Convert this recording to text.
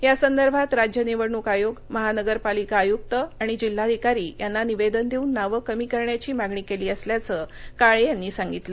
या संदर्भात राज्य निवडणूक आयोग महानगरपालिका आय्क्त आणि जिल्हाधिकारी यांना निवेदन देऊन नावं कमी करण्याची मागणी केली असल्याचं काळे यांनी सांगितलं